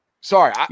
sorry